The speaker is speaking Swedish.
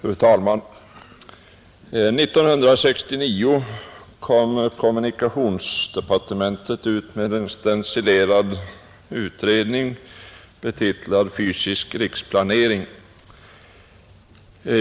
Fru talman! 1969 gav kommunikationsdepartementet ut en stencilerad utredning, betitlad Fysisk riksplanering.